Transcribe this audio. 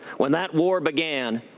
when that war began,